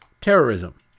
terrorism